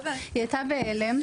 היא היתה בהלם.